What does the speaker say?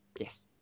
Yes